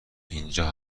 اینجا